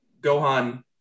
Gohan